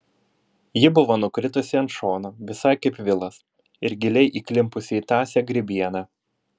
ji buvo nukritusi ant šono visai kaip vilas ir giliai įklimpusi į tąsią grybieną